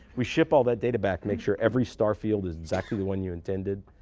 we ship all that data back, make sure every star field is exactly the one you intended.